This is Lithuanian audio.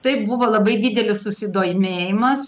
taip buvo labai didelis susidomėjimas